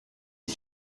est